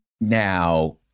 Now